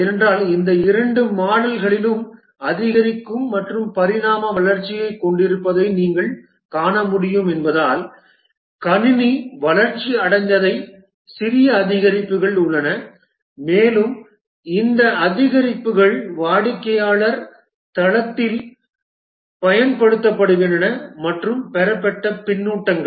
ஏனென்றால் இந்த இரண்டு மாடல்களிலும் அதிகரிக்கும் மற்றும் பரிணாம வளர்ச்சியைக் கொண்டிருப்பதை நீங்கள் காண முடியும் என்பதால் கணினி வளர்ச்சியடைந்த சிறிய அதிகரிப்புகள் உள்ளன மேலும் இந்த அதிகரிப்புகள் வாடிக்கையாளர் தளத்தில் பயன்படுத்தப்படுகின்றன மற்றும் பெறப்பட்ட பின்னூட்டங்கள்